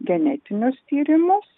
genetinius tyrimus